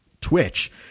twitch